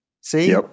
See